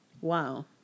Wow